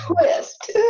twist